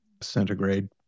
centigrade